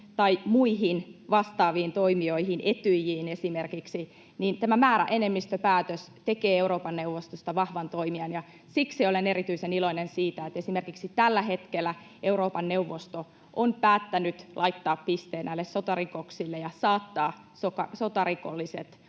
tai muihin vastaaviin toimijoihin, esimerkiksi Etyjiin, niin tämä määräenemmistöpäätös tekee Euroopan neuvostosta vahvan toimijan. Siksi olen erityisen iloinen siitä, että esimerkiksi tällä hetkellä Euroopan neuvosto on päättänyt laittaa pisteen näille sotarikoksille ja saattaa tuomiolle